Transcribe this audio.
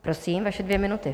Prosím, vaše dvě minuty.